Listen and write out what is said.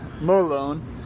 Malone